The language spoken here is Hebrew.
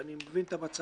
ואני מבין את המצב.